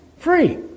free